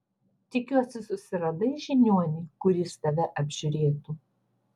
tikiuosi susiradai žiniuonį kuris tave apžiūrėtų